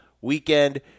weekend